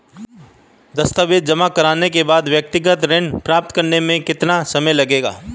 दस्तावेज़ जमा करने के बाद व्यक्तिगत ऋण प्राप्त करने में कितना समय लगेगा?